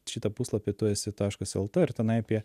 šitą puslapį tu esi taškas lt ir tenai apie